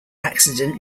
accident